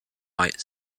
light